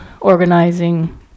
organizing